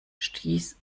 stieß